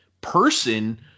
person